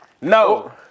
No